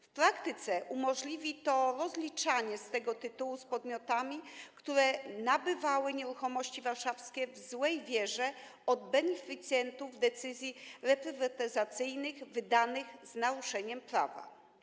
W praktyce umożliwi to rozliczenia z tego tytułu z podmiotami, które nabywały nieruchomości warszawskie w złej wierze od beneficjentów decyzji reprywatyzacyjnych wydanych z naruszeniem prawa.